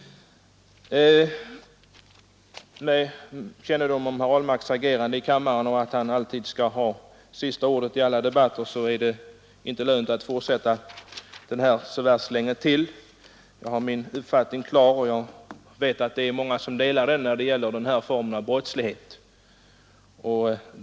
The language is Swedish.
Med kännedom om herr Ahlmarks agerande i kammaren och då han alltid skall ha sista ordet i alla debatter, är det inte lönt att fortsätta den här debatten så värst länge till. Jag har min uppfattning klar och vet att det är många som delar den när det gäller den här formen av brottslighet.